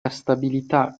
stabilità